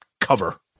cover